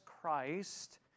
Christ